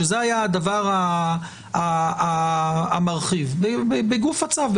שזה היה הדבר המרחיב בגוף הצו,